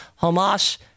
Hamas